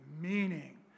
meaning